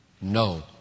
no